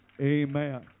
Amen